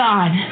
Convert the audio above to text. God